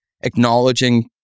acknowledging